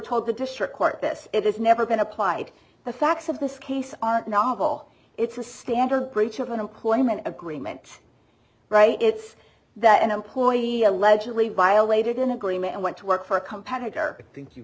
told the district court this it has never been applied the facts of this case aren't novel it's a standard breach of an employment agreement right it's that an employee allegedly violated an agreement and went to work for a competitor i think you